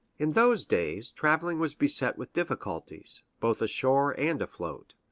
in those days, traveling was beset with difficulties, both ashore and afloat.